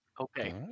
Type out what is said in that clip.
Okay